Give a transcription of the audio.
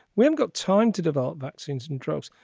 we have got time to develop vaccines in droves.